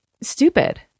stupid